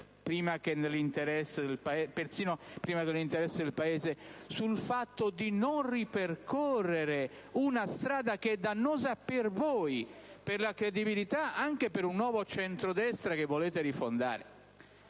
prima che nell'interesse del Paese, sul fatto di non ripercorrere una strada dannosa per voi, per la credibilità anche di un nuovo centrodestra che volete rifondare.